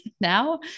now